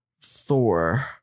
thor